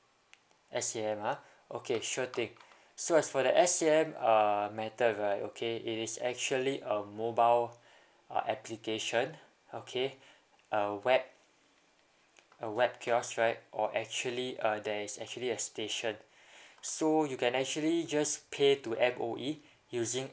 S_A_M ah okay sure thing so as for the S_A_M uh method right okay it is actually a mobile uh application okay a web a web kiosk right or actually uh there is actually a station so you can actually just pay to M_O_E using